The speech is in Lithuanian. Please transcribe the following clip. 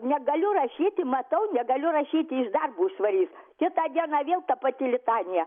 negaliu rašyti matau negaliu rašyti iš darbo išvarys kitą dieną vėl ta pati litanija